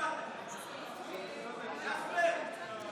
תקופת הפטור מתשלום ארנונה לבניין שנהרס או ניזוק),